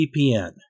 VPN